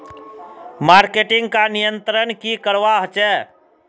Marketing का नियंत्रण की करवा होचे?